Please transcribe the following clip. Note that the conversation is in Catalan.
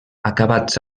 acabats